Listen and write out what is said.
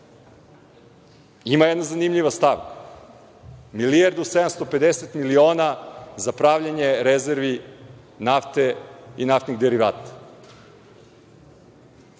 jedna zanimljiva stavka - milijardu i 750 miliona za pravljenje rezervi nafte i naftnih derivata.